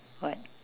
what